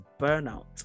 burnout